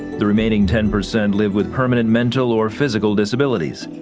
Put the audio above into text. the remaining ten percent live with permanent mental or physical disabilities.